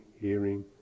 hearing